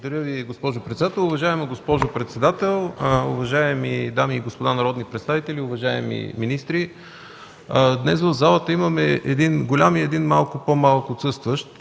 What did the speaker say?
Благодаря Ви, госпожо председател! Уважаема госпожо председател, уважаеми дами и господа народни представители, уважаеми министри! Днес в залата имаме един голям и един малко по-малко отсъстващ